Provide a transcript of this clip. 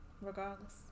regardless